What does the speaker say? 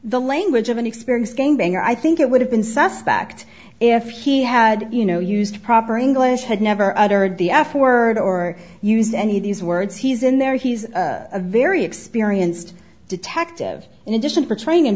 the language of an experienced gang banger i think it would have been suspect if he had you know used proper english had never uttered the f word or used any of these words he's in there he's a very experienced detective in addition for training